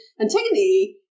Antigone